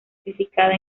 criticada